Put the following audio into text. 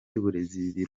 y’uburezi